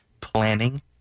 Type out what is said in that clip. planning